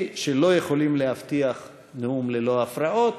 שלא יכולים להבטיח נאום ללא הפרעות,